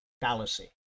fallacy